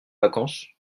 vacances